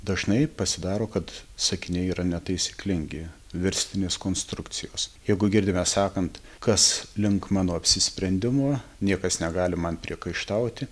dažnai pasidaro kad sakiniai yra netaisyklingi verstinės konstrukcijos jeigu girdime sakant kas link mano apsisprendimo niekas negali man priekaištauti